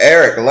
Eric